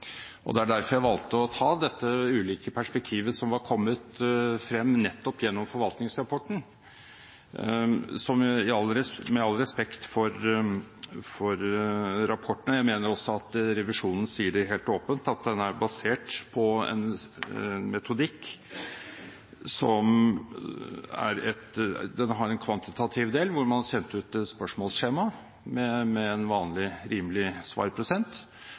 er derfor jeg valgte å ta dette ulike perspektivet som har kommet frem nettopp gjennom forvaltningsrapporten. Med all respekt for rapporten, jeg mener at revisjonen sier det helt åpent, at den er basert på en metodikk som har en kvantitativ del, hvor man sendte ut et spørsmålsskjema med en vanlig, rimelig svarprosent,